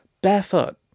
Barefoot